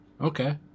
Okay